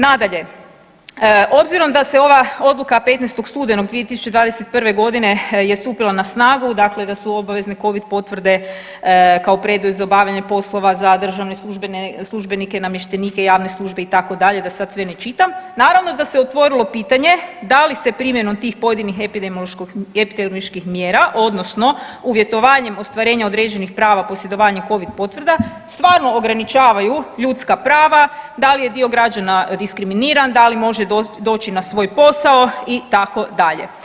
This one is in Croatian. Nadalje, obzirom da se ova odluka 15. studenog 2021.g. je stupila na snagu, dakle da su obavezne covid potvrde kao preduvjet za obavljanje poslova za državne službenike i namještenike, javne službe itd. da sad sve ne čitam, naravno da se otvorilo pitanje da li se primjenom tih pojedinih epidemioloških mjera odnosno uvjetovanjem ostvarenja određenih prava posjedovanja covid potvrda stvarno ograničavaju ljudska prava, da li je dio građana diskriminiran, da li može doći na svoj posao itd.